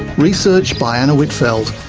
research by anna whitfeld.